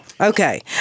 okay